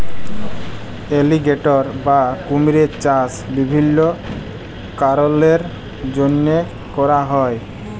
alligator বা কুমিরের চাষ বিভিল্ল্য কারলের জ্যনহে ক্যরা হ্যয়